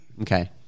Okay